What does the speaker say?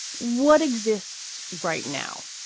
what exists right now?